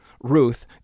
Ruth